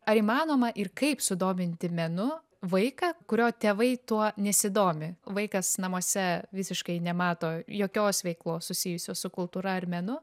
ar įmanoma ir kaip sudominti menu vaiką kurio tėvai tuo nesidomi vaikas namuose visiškai nemato jokios veiklos susijusios su kultūra ar menu